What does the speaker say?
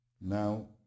now